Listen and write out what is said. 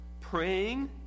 praying